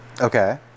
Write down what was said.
okay